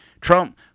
Trump